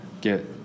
get